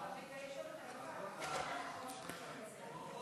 עדכון הסכום הבסיסי לפי שכר המינימום לעניין קצבת שירותים מיוחדים),